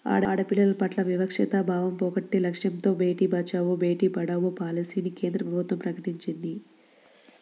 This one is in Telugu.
ఆడపిల్లల పట్ల వివక్షతా భావం పోగొట్టే లక్ష్యంతో బేటీ బచావో, బేటీ పడావో పాలసీని కేంద్ర ప్రభుత్వం ప్రకటించింది